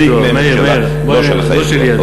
של נציג מהממשלה, מאיר, מאיר, לא שלי ידוע.